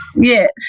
Yes